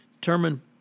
determine